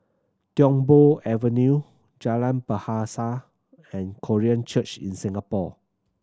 Tiong Poh Avenue Jalan Bahasa and Korean Church in Singapore